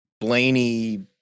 Blaney